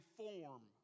form